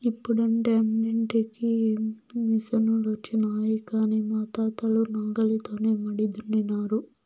ఇప్పుడంటే అన్నింటికీ మిసనులొచ్చినాయి కానీ మా తాతలు నాగలితోనే మడి దున్నినారు